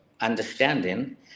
understanding